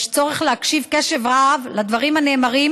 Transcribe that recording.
יש צורך להקשיב בקשב רב לדברים הנאמרים